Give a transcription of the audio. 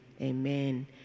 Amen